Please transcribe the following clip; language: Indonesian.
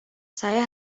saya